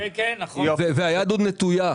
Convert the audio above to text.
והיד עוד נטויה.